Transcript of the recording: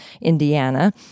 Indiana